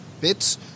bits